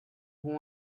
who